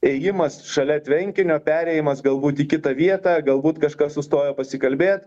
ėjimas šalia tvenkinio perėjimas galbūt į kitą vietą galbūt kažkas sustojo pasikalbėt